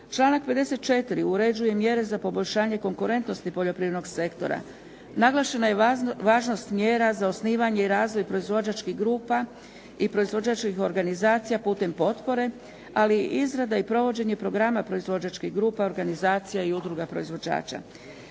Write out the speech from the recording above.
Članak 54. uređuje i mjere za poboljšanje konkurentnosti poljoprivrednog sektora, naglašena je i važnost mjera za osnivanje i razvoj proizvođačkih grupa i proizvođačkih organizacija putem potpore ali i izrada i provođenje programa proizvođačkih grupa, organizacija i udruga proizvođača.